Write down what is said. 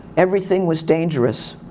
everything was dangerous.